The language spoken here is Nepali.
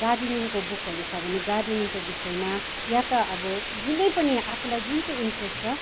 गार्डनिङको बुकहरू छ भने गार्डनिङको विषयमा या त अब जुनै पनि आफूलाई जुन चाहिँ इन्ट्रेस छ